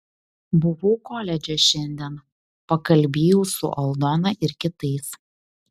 buvau koledže šiandien pakalbėjau su aldona ir kitais